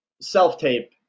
self-tape